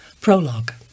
Prologue